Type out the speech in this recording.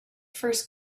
first